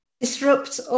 Disrupt